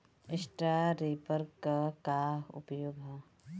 Straw reaper क का उपयोग ह?